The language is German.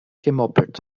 gemoppelt